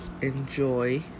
enjoy